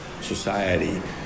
society